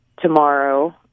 tomorrow